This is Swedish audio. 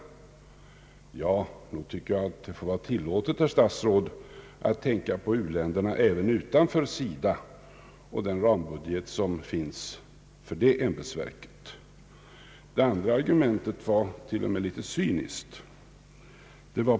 Ja, nog tycker jag att det må vara tillåtet, herr statsråd, att tänka på u-länderna även utanför SIDA och den rambudget som finns för det ämbetsverket. Det andra argumentet var till och med litet cyniskt.